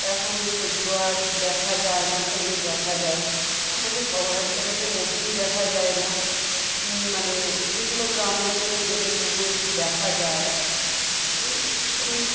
এখন সেগুলো আর দেখা যায় না কমই দেখা যায় আমাদের শহরাঞ্চলে তো মোটেই দেখা যায় না খুব মানে এগুলো গ্রাম অঞ্চলে গেলে তবুও একটু দেখা যায় এই